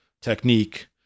technique